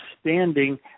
standing